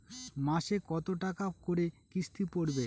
মাসে কত টাকা করে কিস্তি পড়বে?